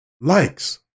likes